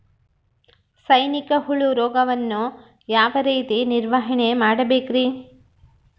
ಸೈನಿಕ ಹುಳು ರೋಗವನ್ನು ಯಾವ ರೇತಿ ನಿರ್ವಹಣೆ ಮಾಡಬೇಕ್ರಿ?